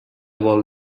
vol